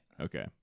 Okay